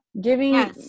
giving